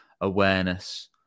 awareness